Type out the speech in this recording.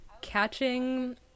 catching